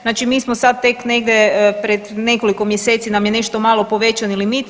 Znači mi smo sad tek negdje pred nekoliko mjeseci nam je nešto malo povećani elit.